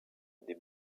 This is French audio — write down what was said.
des